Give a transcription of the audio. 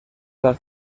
las